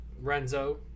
Renzo